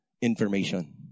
information